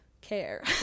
care